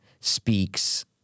speaks